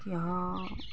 की हँ